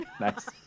Nice